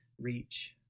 reach